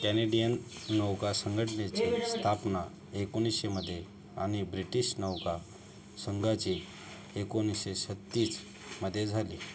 Canadian नौका संघटनेची स्थापना एकोणीसशे मध्ये आणि ब्रिटिश नौका संघाची एकोणीसशे छत्तीस मध्ये झाली